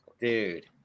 Dude